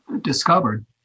discovered